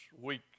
week